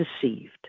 deceived